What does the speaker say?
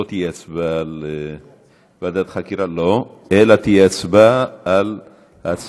לא תהיה הצבעה על ועדת חקירה, מותר לי להגיב?